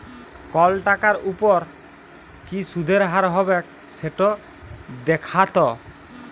call টাকার উপর কি সুদের হার হবেক সেট দ্যাখাত